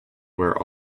were